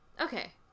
Okay